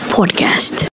Podcast